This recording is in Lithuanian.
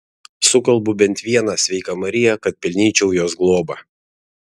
sukalbu bent vieną sveika marija kad pelnyčiau jos globą